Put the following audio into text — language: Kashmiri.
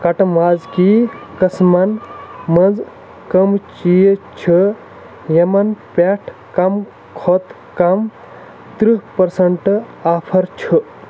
کَٹہٕ مازکی قٕسمَن منٛز کَم چیٖز چھُ یِمَن پٮ۪ٹھ کَم کھۄتہٕ کَم تٕرٛہ پٔرسَنٹ آفر چھُ